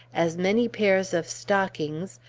as many pairs of stockings,